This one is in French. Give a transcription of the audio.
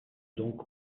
donc